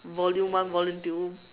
volume one volume two